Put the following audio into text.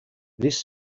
this